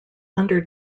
under